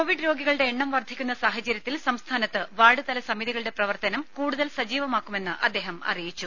Covid രോഗികളുടെ എണ്ണം വർധിക്കുന്ന സാഹചര്യത്തിൽ സംസ്ഥാനത്ത് വാർഡുതല സമിതികളുടെ പ്രവർത്തനം കൂടുതൽ സജീവമാക്കുമെന്ന് അദ്ദേഹം അറിയിച്ചു